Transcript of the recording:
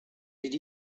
did